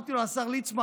ואמרתי לו: השר ליצמן,